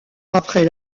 après